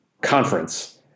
conference